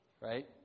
Right